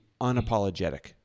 unapologetic